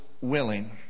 willing